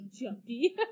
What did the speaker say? jumpy